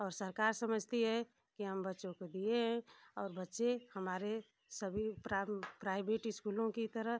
और सरकार समझती है कि हम बच्चों को दिए हैं और बच्चे हमारे सभी प्राइवेट इस्कूलों की तरह